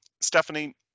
stephanie